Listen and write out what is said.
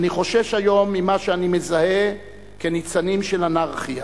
אני חושש היום ממה שאני מזהה כניצנים של אנרכיה.